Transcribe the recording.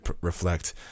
reflect